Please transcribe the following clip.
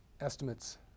estimates